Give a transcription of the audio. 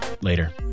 Later